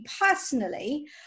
personally